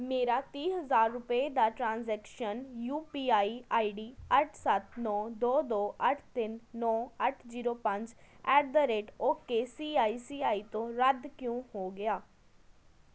ਮੇਰਾ ਤੀਹ ਹਜ਼ਾਰ ਰੁਪਏ ਦਾ transaction U P I I D ਅੱਠ ਸੱਤ ਨੌ ਦੋ ਦੋ ਅੱਠ ਤਿੰਨ ਨੌ ਅੱਠ ਜੀਰੋ ਪੰਜ at the rate okay C I C I ਤੋਂ ਰੱਦ ਕਿਉਂ ਹੋ ਗਿਆ